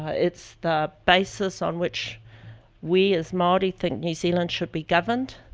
ah it's the basis on which we as maori think new zealand should be governed,